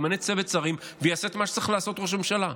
וימנה צוות שרים ויעשה את מה שצריך לעשות ראש ממשלה.